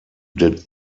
did